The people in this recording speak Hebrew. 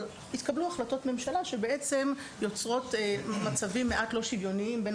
אבל התקבלו החלטות ממשלה שבעצם יוצרות מצבים מעט לא שוויוניים בין